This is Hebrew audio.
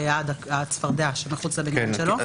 אשפה ליד הצפרדע שמחוץ לבניין שלו.